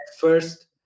first